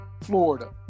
Florida